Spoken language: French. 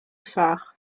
phares